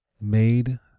Made